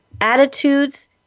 attitudes